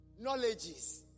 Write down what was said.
knowledges